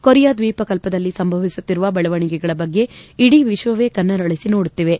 Korea ದ್ವೀಪ ಕಲ್ಪದಲ್ಲಿ ಸಂಭವಿಸುತ್ತಿರುವ ಬೆಳವಣಿಗೆಗಳ ಬಗ್ಗೆ ಇಡೀ ವಿಶ್ವವೇ ಕಣ್ಣರಳಿಸಿ ನೋಡುತ್ತಿವೆ